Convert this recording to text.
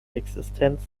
existenz